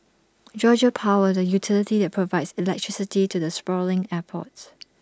Georgia power the utility that provides electricity to the sprawling airport